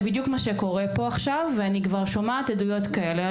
זה בדיוק מה שקורה פה עכשיו ואני כבר שומעת עדויות כאלה.